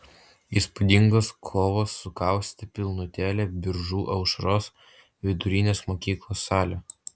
įspūdingos kovos sukaustė pilnutėlę biržų aušros vidurinės mokyklos salę